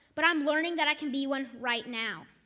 but i'm learning that i can be one right now.